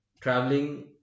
Traveling